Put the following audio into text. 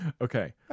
Okay